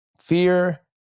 Fear